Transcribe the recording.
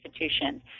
institutions